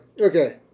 okay